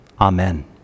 Amen